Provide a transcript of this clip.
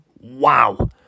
wow